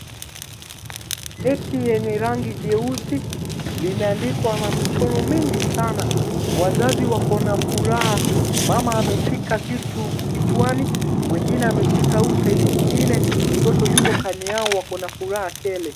Cheti yenye rangi jeusi limeandikwa na michoro mingi sana, wazazi wako na furaha, mama ameshika kitu kichwani , mwingine ameshika huu (CS)side(CS)nyingine ,mtoto yumo ndani yao na wako na furaha tele.